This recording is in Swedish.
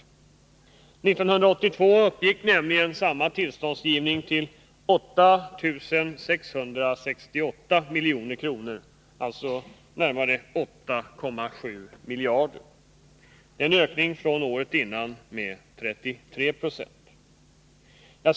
År 1982 gällde nämligen samma tillståndsgivning 8668 milj.kr., alltså närmare 8,7 miljarder, en ökning från föregående år med 33 90.